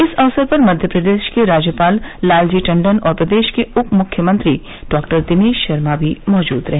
इस अवसर पर मध्य प्रदेश के राज्यपाल लालजी टंडन और प्रदेश के उप मुख्यमंत्री डॉक्टर दिनेश शर्मा भी मौजूद रहे